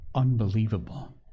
Unbelievable